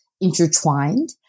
intertwined